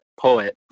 poet